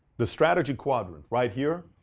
the strategy quadrant right here,